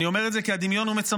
אני אומר את זה כי הדמיון הוא מצמרר.